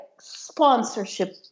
sponsorship